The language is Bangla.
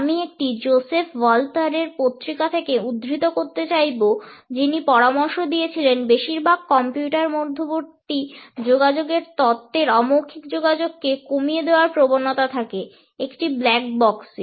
আমি একটি জোসেফ ওয়ালথার এর পত্রিকা থেকে উদ্ধৃত করতে চাইবো যিনি পরামর্শ দিয়েছিলেন বেশিরভাগ কম্পিউটার মধ্যবর্তী যোগাযোগের তত্ত্বের অমৌখিক যোগাযোগকে কমিয়ে দেওয়ার প্রবণতা থাকে একটি 'black box' এ